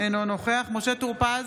אינו נוכח משה טור פז,